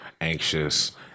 anxious